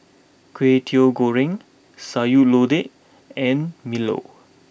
Kwetiau Goreng Sayur Lodeh and Milo